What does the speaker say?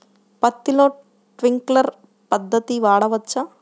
పత్తిలో ట్వింక్లర్ పద్ధతి వాడవచ్చా?